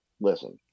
listen –